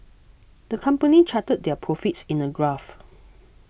the company charted their profits in a graph